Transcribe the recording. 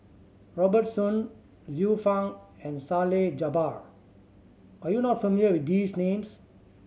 Robert Soon Xiu Fang and Salleh Japar are you not familiar with these names